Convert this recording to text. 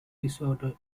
disorder